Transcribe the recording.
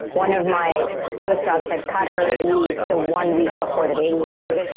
one of my postdocs had cut her leave to one week before the baby was due,